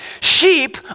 Sheep